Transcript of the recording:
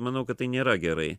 manau kad tai nėra gerai